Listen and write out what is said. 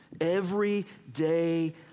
Everyday